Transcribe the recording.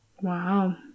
Wow